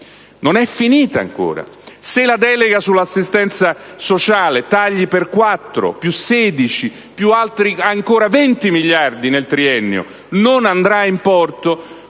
Non è finita, ancora. Se la delega sull'assistenza sociale - tagli per 4, più 16, più altri 20 miliardi nel triennio - non andrà in porto,